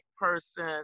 person